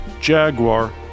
Jaguar